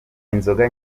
inzoga